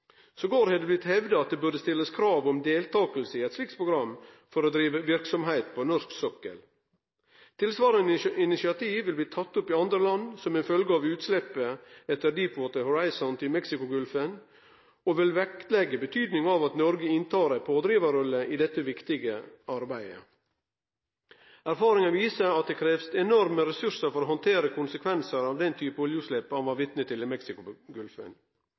har det blitt hevda at det burde bli stilt krav om deltaking i eit slikt program for å drive verksemd på norsk sokkel. Tilsvarande initiativ er blitt teke opp i andre land som ei følgje av utsleppet etter «Deepwater Horizon» i Mexicogolfen, og ein vil vektleggje betydinga av at Noreg inntek ei pådrivarrolle i dette viktige arbeidet. Erfaringane viser at det krevst enorme ressursar for å handtere konsekvensane av den typen oljeutslepp ein var vitne til i